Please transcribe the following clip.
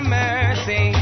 mercy